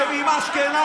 כן, עם אשכנזי.